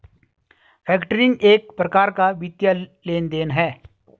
factoring एक प्रकार का वित्तीय लेन देन है